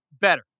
better